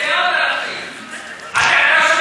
לא, אין לי שום,